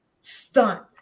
stunt